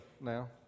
now